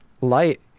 Light